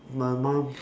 my mum